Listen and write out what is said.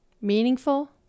meaningful